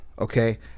okay